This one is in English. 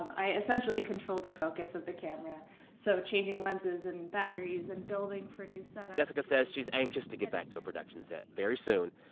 i essentially control the focus of the camera so changing lenses and batteries and building for new setups. jessica says she's anxious to get back to a production set very soon.